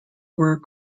were